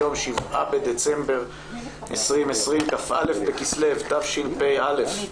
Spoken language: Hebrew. היום ה-7 בדצמבר 2020, כ"א בכסלו התשפ"א.